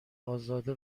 ازاده